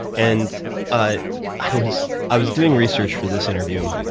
and ah i was i was doing research for this interview.